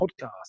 podcast